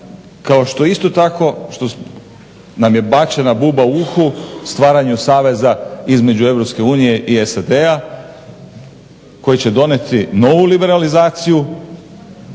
kao što isto tako što nam je bačena buba u uho stvaranje saveza između EU i SAD-a koji će donijeti novu liberalizaciju,